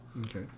Okay